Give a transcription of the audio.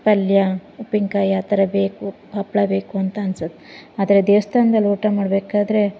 ಪಲ್ಯ ಉಪ್ಪಿನಕಾಯಿ ಆ ಥರ ಬೇಕು ಹಪ್ಪಳ ಬೇಕು ಅಂತ ಅನ್ಸತ್ತೆ ಆದರೆ ದೇವ್ಸ್ಥಾನ್ದಲ್ಲಿ ಊಟ ಮಾಡಬೇಕಾದ್ರೆ